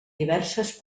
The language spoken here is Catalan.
diverses